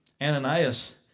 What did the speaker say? Ananias